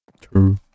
True